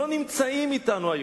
לא נמצאים אתנו היום.